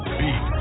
beat